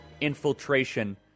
infiltration